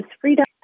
Freedom